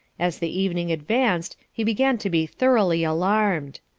as the evening advanced he began to be thoroughly alarmed.